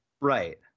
Right